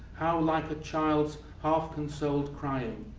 how like a child's half-consoled crying,